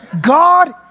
God